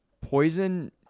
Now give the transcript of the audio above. poison